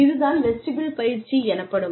இது தான் வெஸ்டிபுல் பயிற்சி எனப்படும்